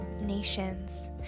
nations